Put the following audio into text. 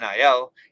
NIL